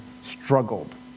struggled